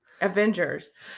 Avengers